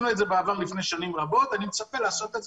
לפני שנים רבות עשינו את זה,